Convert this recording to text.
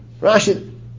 Rashi